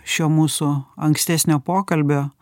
šio mūsų ankstesnio pokalbio